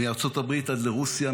מארצות הברית עד לרוסיה,